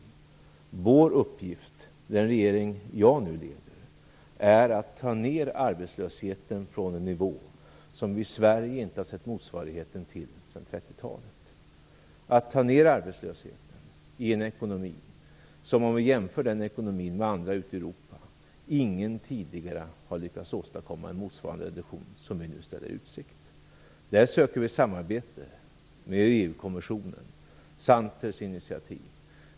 Vår uppgift, i den regering som jag nu leder, är att ta ned arbetslösheten från en nivå som vi i Sverige inte sett motsvarigheten till sedan 1930-talet. Om vi jämför den ekonomi som vi nu befinner oss i med ekonomin på andra ställen i Europa har ingen tidigare lyckats åstadkomma en sådan reduktion av arbetslösheten som vi nu ställer i utsikt. Vi söker samarbete med EU-kommissionen och Santers initiativ.